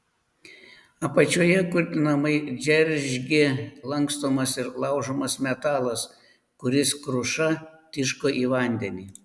apačioje kurtinamai džeržgė lankstomas ir laužomas metalas kuris kruša tiško į vandenį